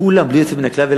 לכולם בלי יוצא מן הכלל,